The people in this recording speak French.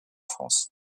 france